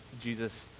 Jesus